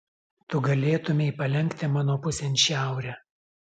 tu galėtumei palenkti mano pusėn šiaurę